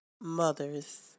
mothers